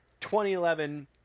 2011